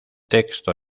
texto